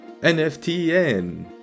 NFTN